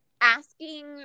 asking